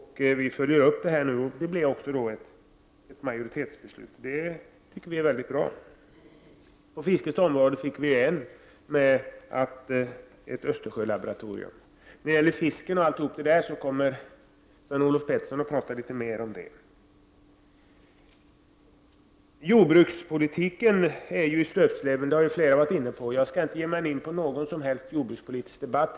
Vi har följt upp detta, och nu blir det ett majoritetsbeslut. På fiskeområdet har vi fått hjälp med ett Östersjölaboratorium. Sven-Olof Petersson kommer att tala mer om fisket senare. Jordbrukspolitiken är i stöpsleven. Flera har diskuterat denna. Jag skall inte ge mig in i en jordbrukspolitisk debatt.